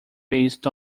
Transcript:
based